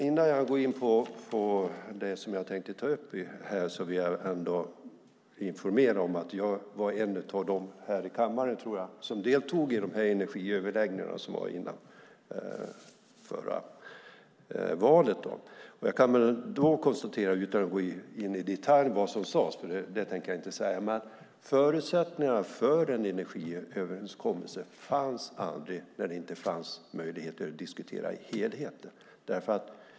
Innan jag går in på det som jag tänkte ta upp vill jag informera om att jag var en av dem här i kammaren som deltog i de energiöverläggningar som var före valet. Jag ska inte gå in i detalj på vad som sades, för det tänker jag inte säga. Men förutsättningarna för en energiöverenskommelse fanns aldrig när det inte fanns möjligheter att diskutera helheten.